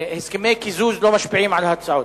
הסכמי קיזוז לא משפיעים על הצבעות.